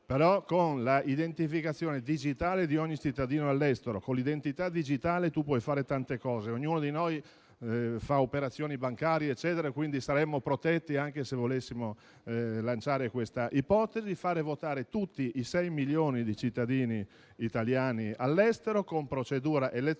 della identificazione digitale di ogni cittadino all'estero. Con l'identità digitale si possono fare tante cose - ognuno di noi fa operazioni bancarie, eccetera - e quindi saremmo protetti anche se volessimo lanciare questa ipotesi. Far votare tutti i 6 milioni di cittadini italiani residenti all'estero con procedura elettronica